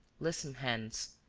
lissom hands,